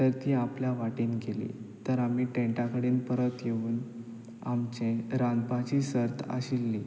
तर तीं आपल्या वाटेन गेलीं तर आमी टॅन्टा कडेन परत येवून आमचें रांदपाची सर्त आशिल्ली